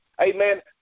amen